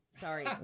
Sorry